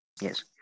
Yes